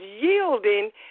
yielding